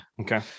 Okay